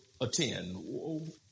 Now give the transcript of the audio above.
attend